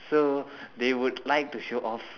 so they would like to show off